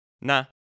nah